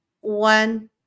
one